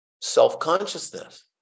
self-consciousness